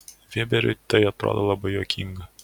vėberiui tai atrodo labai juokinga